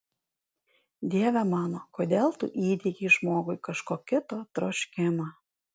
dieve mano kodėl tu įdiegei žmogui kažko kito troškimą